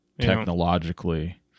technologically